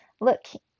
Look